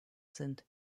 sind